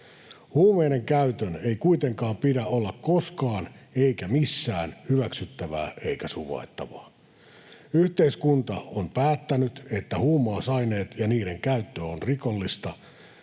Huumeiden käytön ei kuitenkaan pidä olla koskaan eikä missään hyväksyttävää eikä suvaittavaa. Koska yhteiskunta on päättänyt, että huumausaineet ja niiden käyttö on rikollista,